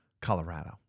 Colorado